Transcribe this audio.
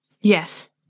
yes